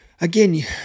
again